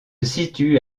situe